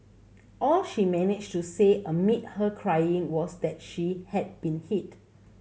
all she managed to say amid her crying was that she had been hit